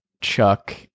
Chuck